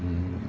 mm